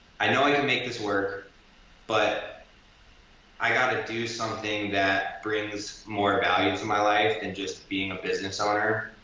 i know i can make this work but i gotta do something that brings more value to my life than just being a business owner.